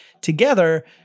together